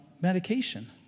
medication